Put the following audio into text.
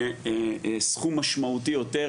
לסכום משמעותי יותר.